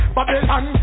Babylon